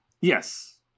Yes